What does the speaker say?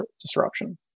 disruption